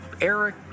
Eric